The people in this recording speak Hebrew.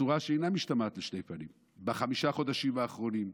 בצורה שאינה משתמעת לשני פנים בחמשת החודשים האחרונים,